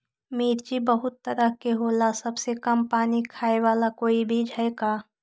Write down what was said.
मिर्ची बहुत तरह के होला सबसे कम पानी खाए वाला कोई बीज है का?